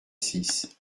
six